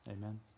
Amen